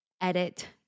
edit